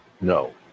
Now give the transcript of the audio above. No